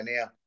now